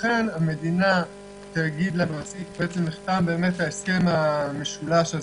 ולכן המדינה תגיד למעסיק נחתם באמת ההסכם המשולש הזה.